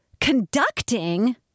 conducting